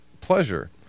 pleasure